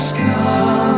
come